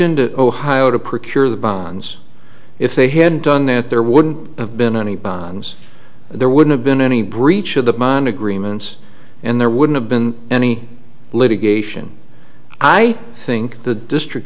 into ohio to procure the bonds if they hadn't done it there wouldn't have been any bonds there would have been any breach of the mine agreements and there would have been any litigation i think the district